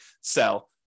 sell